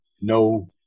no